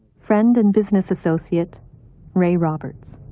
friend and business associate ray roberts.